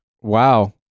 Wow